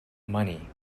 money